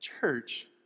church